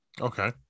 Okay